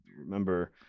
Remember